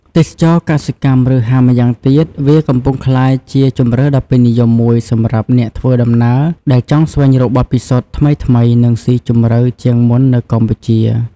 ទេសចរណ៍កសិកម្ម ឬហៅម្យ៉ាងទៀត វាកំពុងក្លាយជាជម្រើសដ៏ពេញនិយមមួយសម្រាប់អ្នកធ្វើដំណើរដែលចង់ស្វែងរកបទពិសោធន៍ថ្មីៗនិងស៊ីជម្រៅជាងមុននៅកម្ពុជា។